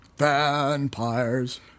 Vampires